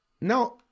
Now